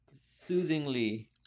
soothingly